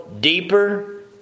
deeper